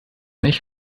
nicht